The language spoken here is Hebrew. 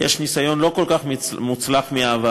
יש ניסיון לא כל כך מוצלח מהעבר,